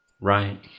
Right